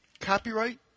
copyright